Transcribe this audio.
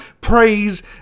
praise